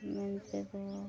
ᱢᱮᱱ ᱛᱮᱫᱚ